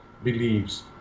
believes